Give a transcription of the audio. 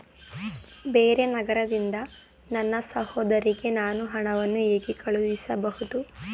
ಬೇರೆ ನಗರದಿಂದ ನನ್ನ ಸಹೋದರಿಗೆ ನಾನು ಹಣವನ್ನು ಹೇಗೆ ಕಳುಹಿಸಬಹುದು?